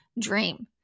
dream